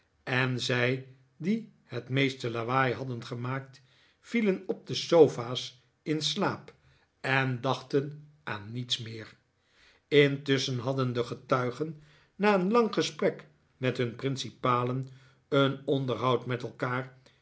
en zij die het meeste lawaai hadden gemaakt vielen op de sofa's in slaap en dachten aan niets meer intusschen hadden de getuigen na een lang gesprek met hun principalen een onderhoud met elkaar